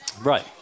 Right